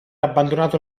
abbandonato